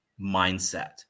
mindset